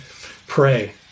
Pray